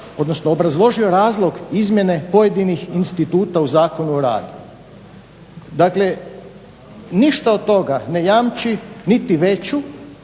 odnosno obrazložio razlog izmjene pojedinih instituta u Zakonu o radu. Dakle, ništa od toga ne jamči niti veću,